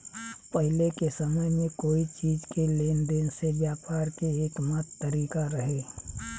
पाहिले के समय में कोई चीज़ के लेन देन से व्यापार के एकमात्र तारिका रहे